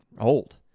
old